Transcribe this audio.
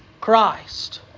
Christ